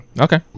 Okay